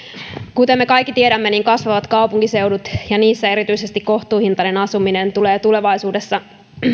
kuten me kaikki tiedämme kasvavat kaupunkiseudut ja niissä erityisesti kohtuuhintainen asuminen tulevat tulevaisuudessa